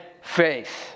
faith